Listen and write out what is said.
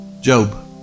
Job